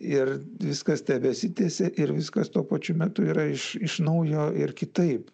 ir viskas tebesitęsia ir viskas tuo pačiu metu yra iš naujo ir kitaip